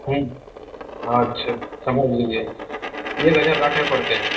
अच्छा समझि गेलियै एक हजार राखय परतै